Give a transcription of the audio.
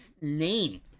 name